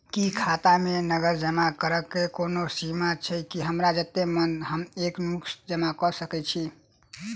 की खाता मे नगद जमा करऽ कऽ कोनो सीमा छई, की हमरा जत्ते मन हम एक मुस्त जमा कऽ सकय छी?